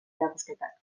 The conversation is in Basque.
erakusketak